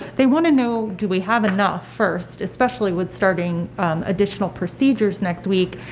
they want to know, do we have enough, first, especially with starting additional procedures next week,